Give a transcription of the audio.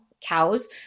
cows